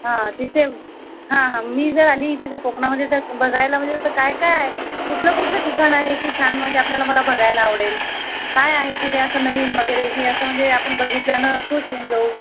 हां तिथे हां हां मी जर आली तिथे कोकणामध्ये तर बघायला म्हणजे असं काय काय आहे कुठलं कुठलं ठिकाण आहे की छान म्हणजे आपल्याला मला बघायला आवडेल काय आहे तिथे असं नवीन वगैरे की असं म्हणजे आपण बघितल्यानं खुश होऊन जाऊ